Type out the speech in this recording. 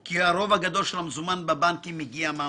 כי הרוב הגדול של המזומן בבנקים מגיע מהמוסדיים.